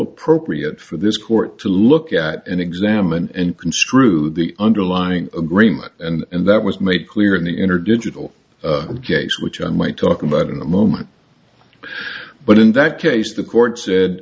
appropriate for this court to look at an exam and construe the underlying agreement and that was made clear in the inner digital case which i might talk about in a moment but in that case the court said